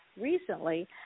recently